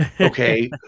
okay